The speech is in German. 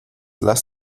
lass